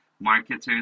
marketers